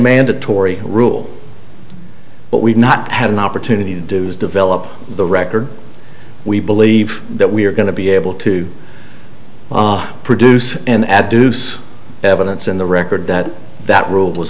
mandatory rule but we've not had an opportunity to do is develop the record we believe that we are going to be able to produce an ad deuce evidence in the record that that rule was